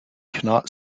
cannot